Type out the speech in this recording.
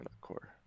core